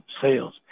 sales